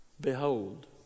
Behold